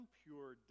pure